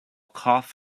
cough